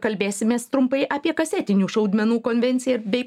kalbėsimės trumpai apie kasetinių šaudmenų konvenciją bei